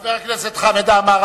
חבר הכנסת חמד עמאר,